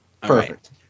Perfect